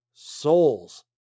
souls